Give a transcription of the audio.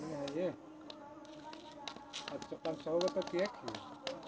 कोनो बील भुगतान के खातिर हम आपन खाता के कोना उपयोग करबै?